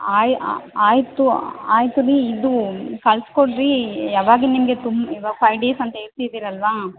ಆಯ್ತ್ ಆಯಿತು ಆಯಿತು ರೀ ಇದು ಕಳ್ಸಿ ಕೊಡಿರಿ ಯಾವಾಗ ನಿಮಗೆ ತುಂಬ ಇವಾಗ ಫೈವ್ ಡೇಸ್ ಅಂತ ಹೇಳ್ತಿದೀರಲ್ವಾ